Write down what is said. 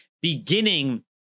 beginning